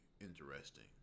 Interesting